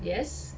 yes